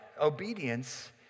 Obedience